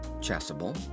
Chasuble